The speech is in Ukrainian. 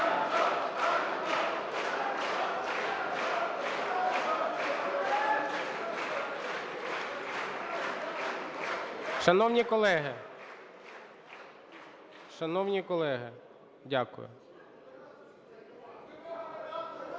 Шановні колеги. Дякую.